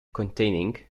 containing